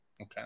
Okay